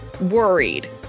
worried